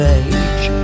age